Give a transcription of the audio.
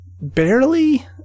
barely